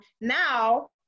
Now